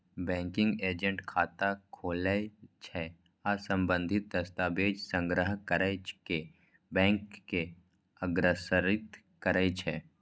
banking agent खाता खोलै छै आ संबंधित दस्तावेज संग्रह कैर कें बैंक के अग्रसारित करै छै